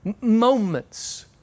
moments